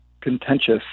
contentious